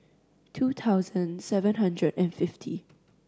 two thousand seven hundred and fifty